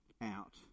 out